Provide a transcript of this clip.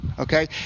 Okay